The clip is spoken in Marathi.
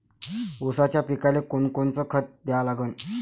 ऊसाच्या पिकाले कोनकोनचं खत द्या लागन?